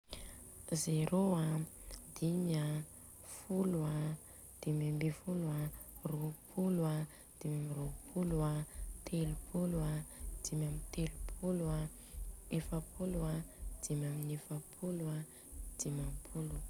Zerô an, dimy an, folo an, dimy ambiny folo an, rôpolo an, dimy amin'ny rôpolo an, telopolo an, dimy amin'ny telopolo an, efapolo, dimy amin'ny efapolo an, dimampolo.